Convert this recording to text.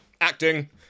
acting